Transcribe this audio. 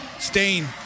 Stain